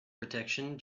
protection